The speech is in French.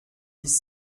dix